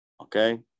Okay